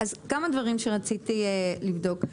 כמה דברים שרציתי לבדוק.